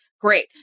Great